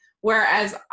Whereas